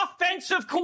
offensive